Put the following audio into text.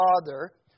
father